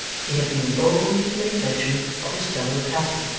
he had been bold to make mention of his fellow-traveller,